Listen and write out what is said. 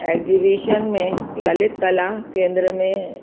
exhibition में ललित कला केंद्र में